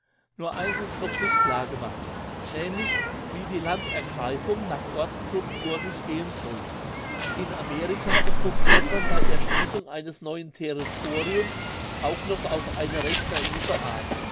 nur eins ist noch nicht klargemacht nämlich wie die landergreifung nach ortsgruppen vor sich gehen soll in amerika occupirt man bei erschliessung eines neuen territoriums auch noch auf eine recht naive art